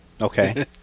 Okay